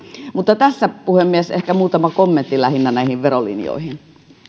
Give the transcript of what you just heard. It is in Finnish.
mutta tässä puhemies ehkä muutama kommentti lähinnä näihin verolinjoihin